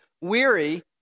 weary